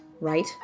right